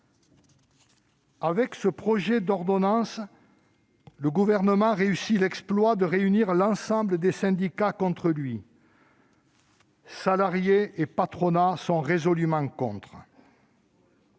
Avec ce projet d'ordonnance, le Gouvernement réussit l'exploit de réunir l'ensemble des syndicats contre lui : salariés et patronat sont résolument contre.